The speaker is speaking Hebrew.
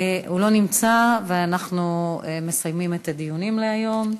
הוא לא נמצא, ואנחנו מסיימים את הדיונים להיום.